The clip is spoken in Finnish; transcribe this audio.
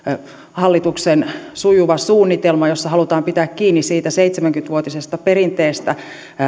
hallituksen sujuva suunnitelma jossa halutaan pitää kiinni siitä seitsemänkymmentä vuotisesta perinteestä